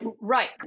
Right